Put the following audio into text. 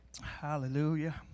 Hallelujah